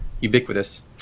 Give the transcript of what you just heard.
ubiquitous